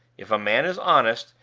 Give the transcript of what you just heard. if a man is honest,